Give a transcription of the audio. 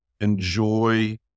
enjoy